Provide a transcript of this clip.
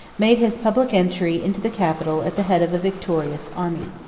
made his public entry into the capital at the head of a victorious army.